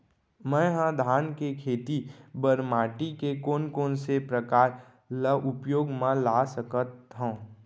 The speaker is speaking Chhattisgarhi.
मै ह धान के खेती बर माटी के कोन कोन से प्रकार ला उपयोग मा ला सकत हव?